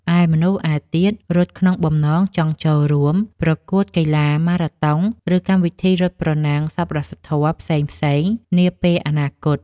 ឯមនុស្សឯទៀតរត់ក្នុងបំណងចង់ចូលរួមប្រកួតកីឡាម៉ារ៉ាតុង ឬកម្មវិធីរត់ប្រណាំងសប្បុរសធម៌ផ្សេងៗនាពេលអនាគត។